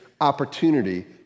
opportunity